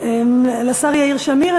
לשר יאיר שמיר.